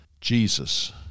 Jesus